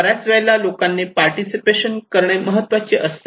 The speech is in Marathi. बऱ्याच वेळेला लोकांनी पार्टिसिपेशन करणे महत्त्वाचे असते